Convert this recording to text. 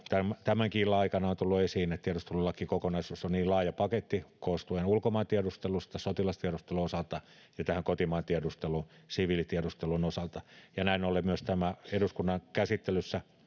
tämänkin illan aikana tullut esiin että tiedustelulakikokonaisuus on niin laaja paketti koostuen ulkomaan tiedustelusta sotilastiedustelun osalta ja kotimaan tiedustelusta siviilitiedustelun osalta ja näin ollen myös tämä eduskunnan käsittelyssä